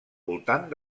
voltant